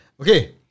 Okay